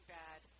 bad